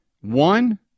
One